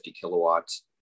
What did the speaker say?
kilowatts